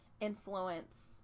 influence